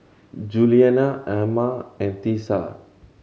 Julianna Amma and Tisa